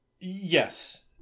Yes